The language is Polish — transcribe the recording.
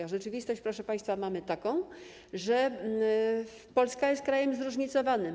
A rzeczywistość, proszę państwa, mamy taką, że Polska jest krajem zróżnicowanym.